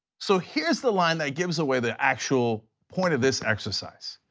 so here is the line that gives away the actual point of this exercise.